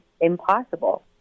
impossible